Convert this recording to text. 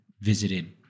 visited